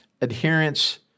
adherence